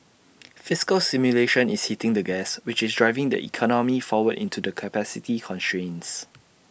fiscal stimulation is hitting the gas which is driving the economy forward into the capacity constraints